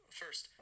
first